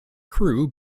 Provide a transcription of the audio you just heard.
crew